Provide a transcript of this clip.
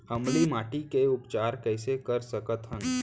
अम्लीय माटी के उपचार कइसे कर सकत हन?